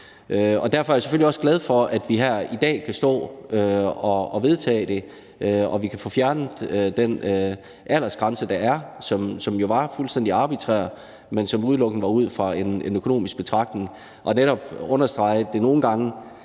Derfor er jeg selvfølgelig også glad for, at vi her i dag kan pege på at vedtage det, så vi kan få fjernet den aldersgrænse, der er, og som jo var fuldstændig arbitrær, men som udelukkende var sat ud fra en økonomisk betragtning. Det understreger netop det nogle gange